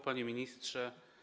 Panie Ministrze!